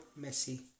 Messi